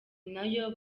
nayo